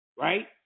Right